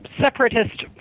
separatist